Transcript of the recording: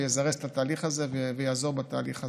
שיזרז את התהליך ויעזור בתהליך הזה.